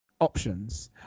Options